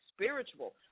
spiritual